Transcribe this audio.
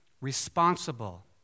responsible